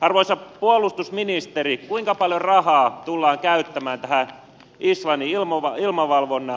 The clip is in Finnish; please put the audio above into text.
arvoisa puolustusministeri kuinka paljon rahaa tullaan käyttämään tähän islannin ilmavalvontaan